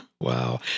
Wow